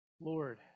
Lord